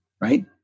right